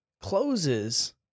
closes